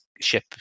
ship